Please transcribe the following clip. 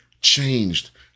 changed